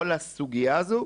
כל הסוגייה הזו,